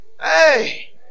Hey